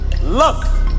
Love